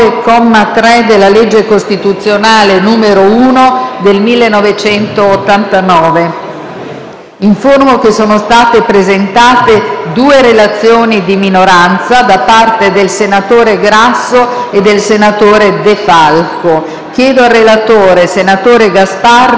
Informo che sono state presentate due relazioni di minoranza, da parte del senatore Grasso e del senatore De Falco. Chiedo al relatore, senatore Gasparri, se intende integrare la relazione scritta.